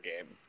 game